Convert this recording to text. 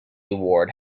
award